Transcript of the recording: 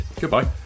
goodbye